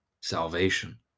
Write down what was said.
salvation